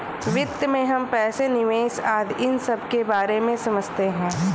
वित्त में हम पैसे, निवेश आदि इन सबके बारे में समझते हैं